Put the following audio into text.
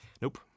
Nope